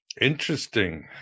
Interesting